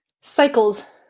cycles